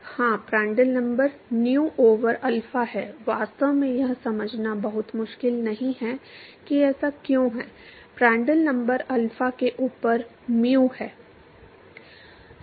हाँ Prandtl number nu over alpha है वास्तव में यह समझना बहुत मुश्किल नहीं है कि ऐसा क्यों है प्रांडट्रल नंबर अल्फा के ऊपर म्यू है